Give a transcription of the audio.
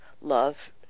love